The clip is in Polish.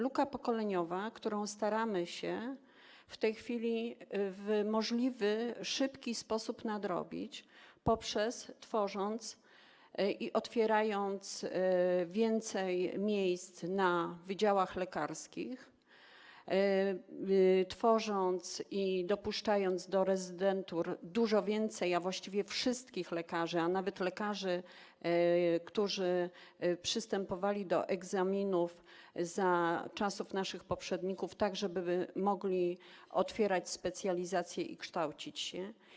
Lukę pokoleniową, staramy się w tej chwili w możliwie szybki sposób wypełnić, tworząc i otwierając więcej miejsc na wydziałach lekarskich, tworząc i dopuszczając do rezydentur dużo więcej, a właściwie wszystkich lekarzy, a nawet lekarzy, którzy przystępowali do egzaminów za czasów naszych poprzedników, tak żeby mogli otwierać specjalizacje i kształcić się.